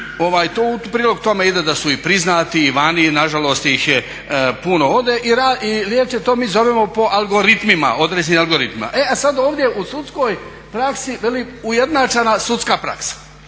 U prilog tome ide i da su priznati i vani nažalost ih je puno ode i liječe. To mi zovemo po algoritmima, određenim algoritmima. A sad ovdje u sudskoj praksi veli ujednačena sudska praksa.